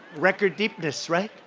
record deepness right.